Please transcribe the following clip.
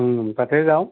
তাতেই যাওঁ